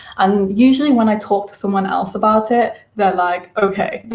and usually when i talk to someone else about it, they're like, okay,